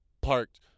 parked